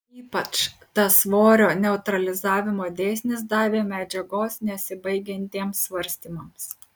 ypač tas svorio neutralizavimo dėsnis davė medžiagos nesibaigiantiems svarstymams